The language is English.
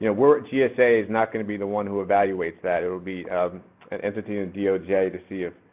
you know, we're, gsa is not going to be the one who evaluates that. it'll be an entity of doj to see if,